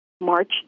March